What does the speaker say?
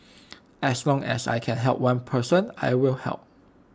as long as I can help one person I will help